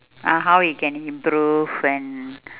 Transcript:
ah how he can improve and